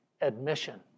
admission